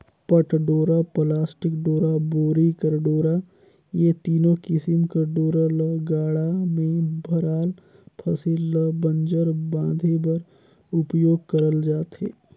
पट डोरा, पलास्टिक डोरा, बोरी कर डोरा ए तीनो किसिम कर डोरा ल गाड़ा मे भराल फसिल ल बंजर बांधे बर उपियोग करल जाथे